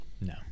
no